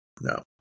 no